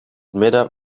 midden